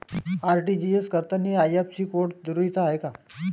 RTGS करतांनी IFSC code जरुरीचा हाय का?